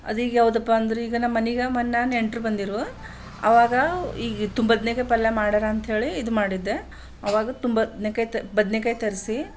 ಅದೀಗ್ಯಾವ್ದಪ್ಪಾ ಅಂದ್ರೆ ಈಗ ನಮ್ಮನೆಗೆ ಮೊನ್ನೆ ನೆಂಟರು ಬಂದಿದ್ರು ಆವಾಗ ಈಗ ತುಂಬದನೇಕಾಯಿ ಪಲ್ಯ ಮಾಡೋಣ ಅಂಥೇಳಿ ಇದು ಮಾಡಿದ್ದೆ ಆವಾಗ ತುಂಬದನೇಕಾಯಿ ಬದನೇಕಾಯಿ ತರಿಸಿ